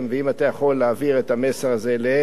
אם אתה יכול להעביר את המסר הזה אליהם,